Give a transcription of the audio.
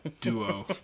duo